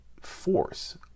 force